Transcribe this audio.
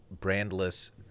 brandless